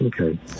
okay